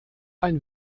ein